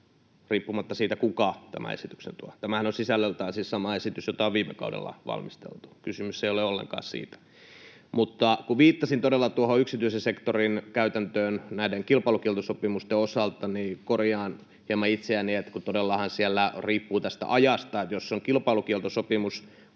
riippumatta siitä, kuka tämän esityksen tuo. Tämähän on sisällöltään siis sama esitys, jota on viime kaudella valmisteltu. Kysymys ei ole ollenkaan siitä. Viittasin todella yksityisen sektorin käytäntöön näiden kilpailukieltosopimusten osalta, ja korjaan hieman itseäni, että todellahan se siellä riippuu ajasta, niin että jos on kilpailukieltosopimus